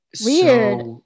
Weird